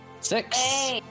Six